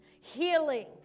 healing